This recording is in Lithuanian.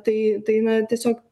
tai tai na tiesiog